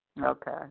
Okay